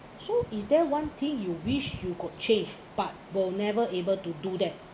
so is there one thing you wish you could change but will never able to do that